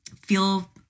feel